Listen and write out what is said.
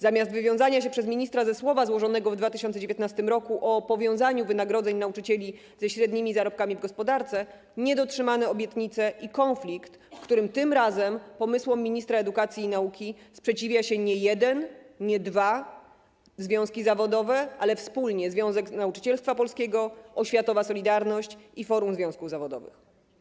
Zamiast wywiązania się przez ministra ze słowa danego w 2019 r. o powiązaniu wynagrodzeń nauczycieli ze średnimi zarobkami w gospodarce - niedotrzymane obietnice i konflikt, w którym tym razem pomysłom ministra edukacji i nauki sprzeciwiają się nie jeden, nie dwa związki zawodowe, ale wspólnie Związek Nauczycielstwa Polskiego, oświatowa „Solidarność” i Forum Związków Zawodowych.